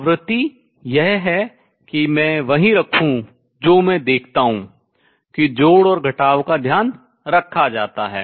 आवृत्ति यह है कि मैं वही रखूं जो मैं देखता हूँ कि जोड़ और घटाव का ध्यान रखा जाता है